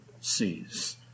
sees